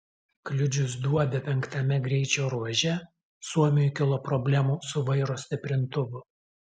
kliudžius duobę penktame greičio ruože suomiui kilo problemų su vairo stiprintuvu